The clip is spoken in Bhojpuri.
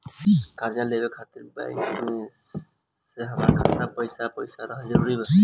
कर्जा लेवे खातिर बैंक मे हमरा खाता मे पईसा रहल जरूरी बा?